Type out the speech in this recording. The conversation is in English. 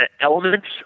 elements